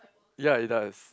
ya it does